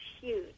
huge